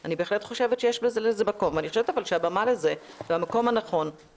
ולא במסגרת דיון שיש לו התחלה וסוף והוא לא